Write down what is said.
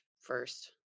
first